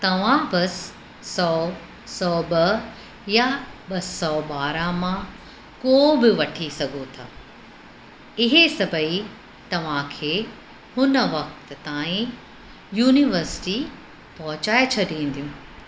तव्हां बस सौ हिकु सौ ॿ या ॿ सौ ॿारहं मां को बि वठी सघो था इहे सभई तव्हांखे हुन वक़्त ताईं यूनिवर्सिटी पहुचाए छॾींदियूं